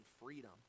freedom